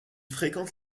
fréquente